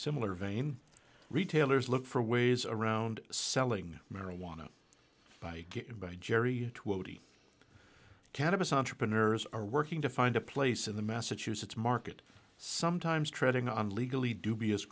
similar vein retailers look for ways around selling marijuana by getting by jerry twenty cannabis entrepreneurs are working to find a place in the massachusetts market sometimes treading on legally dubious